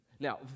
Now